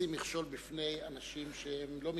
לשים מכשול בפני אנשים שהם לא מתכוונים,